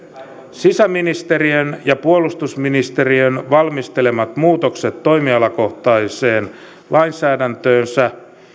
sisäministeriön ja puolustusministeriön valmistelemat muutokset toimialakohtaiseen lainsäädäntöönsä